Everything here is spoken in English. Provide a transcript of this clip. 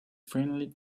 friendly